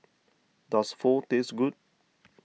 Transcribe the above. does Pho taste good